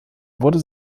wurde